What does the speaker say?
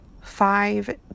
five